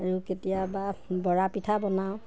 আৰু কেতিয়াবা বৰা পিঠা বনাওঁ